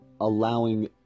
allowing